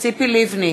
ציפי לבני,